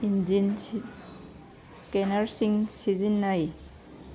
engine ꯁ꯭ꯀꯦꯅꯔꯁꯤꯡ ꯁꯤꯖꯤꯟꯅꯩ